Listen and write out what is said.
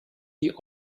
die